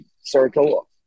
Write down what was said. circle